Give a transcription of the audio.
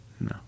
no